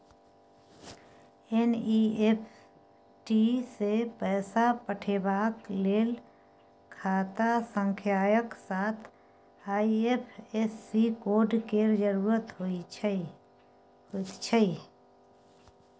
NEFT सँ पैसा पठेबाक लेल खाता संख्याक साथ आई.एफ.एस.सी कोड केर जरुरत होइत छै